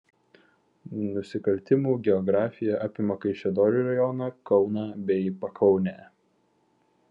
nusikaltimų geografija apima kaišiadorių rajoną kauną bei pakaunę